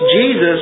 Jesus